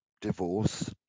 divorce